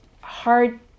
hard